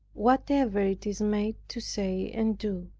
whatever it is made to say and do.